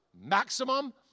maximum